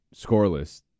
scoreless